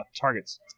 targets